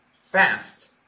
fast